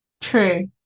True